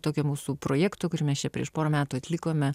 tokio mūsų projekto kurį mes čia prieš porą metų atlikome